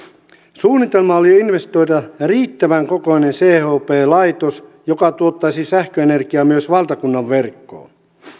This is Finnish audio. suunnitelmana oli investoida riittävän kokoinen chp laitos joka tuottaisi sähköenergiaa myös valtakunnan verkkoon